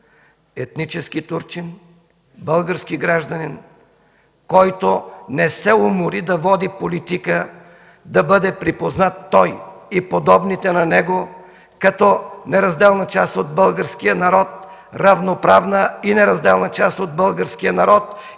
етнически турчин, български гражданин, който не се умори да води политика да бъде припознат, той и подобните на него, като неразделна част от българския народ, равноправна и неразделна част от българския народ